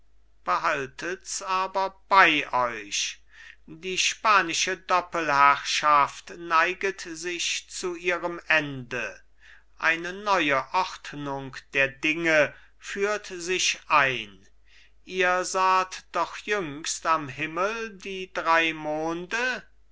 behaltets aber bei euch die spanische doppelherrschaft neiget sich zu ihrem ende eine neue ordnung der dinge führt sich ein ihr saht doch jüngst am himmel die drei monde